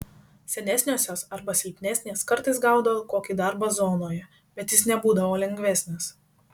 senesniosios arba silpnesnės kartais gaudavo kokį darbą zonoje bet jis nebūdavo lengvesnis